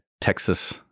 Texas